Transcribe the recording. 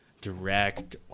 direct